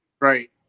Right